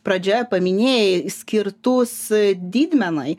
pradžia paminėjai skirtus didmenai